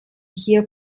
hier